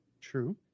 True